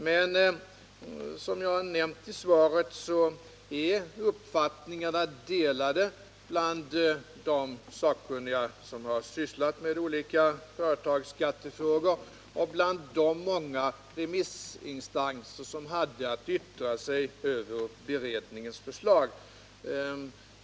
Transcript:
Men som jag nämnde i svaret är uppfattningarna delade bland de sakkunniga som har sysslat med olika företagsskattefrågor och bland de många remissinstanser som hade att yttra sig över beredningens förslag.